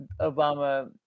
Obama